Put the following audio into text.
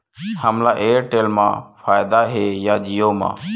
हमला एयरटेल मा फ़ायदा हे या जिओ मा?